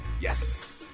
yes